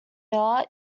miller